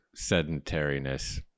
sedentariness